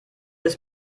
ist